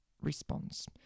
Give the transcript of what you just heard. response